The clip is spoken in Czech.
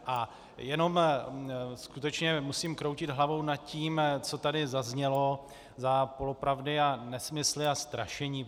A jenom skutečně musím kroutit hlavou nad tím, co tady zaznělo za polopravdy, nesmysly a strašení.